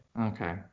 Okay